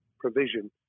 provision